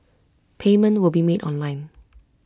payment will be made online